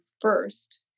first